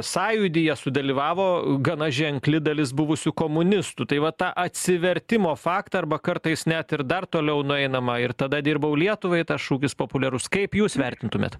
sąjūdyje sudalyvavo gana ženkli dalis buvusių komunistų tai va tą atsivertimo faktą arba kartais net ir dar toliau nueinama ir tada dirbau lietuvai tas šūkis populiarus kaip jūs vertintumėt